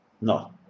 No